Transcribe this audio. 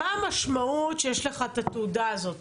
מה המשמעות שיש לך את התעודה הזאת?